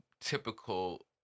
typical